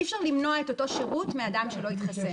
אי-אפשר למנוע את אותו שירות מאדם שלא התחסן.